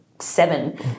Seven